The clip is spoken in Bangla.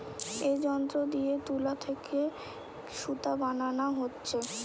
এ যন্ত্র দিয়ে তুলা থিকে সুতা বানানা হচ্ছে